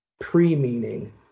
pre-meaning